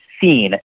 seen